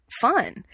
fun